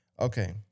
Okay